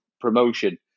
promotion